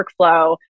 workflow